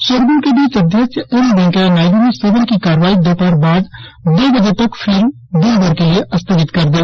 शोरगुल के बीच अध्यक्ष एम वेंकैया नायडू ने सदन की कार्यवाही दोपहर बाद दो बजे तक फिर दिन भर के लिए स्थगित कर दी